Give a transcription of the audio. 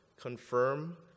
confirm